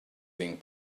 being